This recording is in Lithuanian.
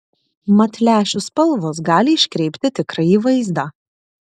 mat lęšių spalvos gali iškreipti tikrąjį vaizdą